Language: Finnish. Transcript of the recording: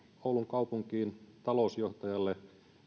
oulun kaupunkiin talousjohtajalle